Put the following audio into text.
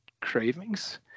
cravings